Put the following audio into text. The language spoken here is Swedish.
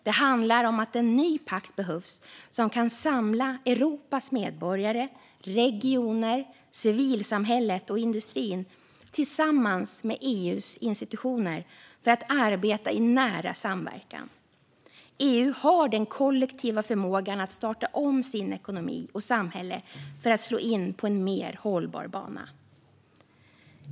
Det handlar om att en ny pakt behövs som kan samla Europas medborgare, regioner, civilsamhälle och industri tillsammans med EU:s institutioner för att arbeta i nära samverkan. EU har den kollektiva förmågan att starta om sin ekonomi och sitt samhälle för att slå in på en mer hållbar bana.